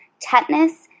tetanus